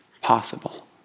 possible